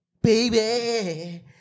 Baby